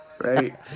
Right